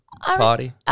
party